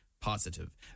positive